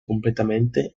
completamente